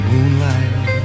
Moonlight